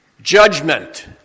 judgment